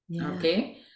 Okay